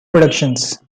productions